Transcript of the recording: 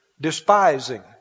despising